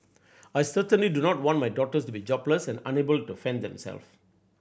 I certainly do not want my daughters to be jobless and unable to fend themselves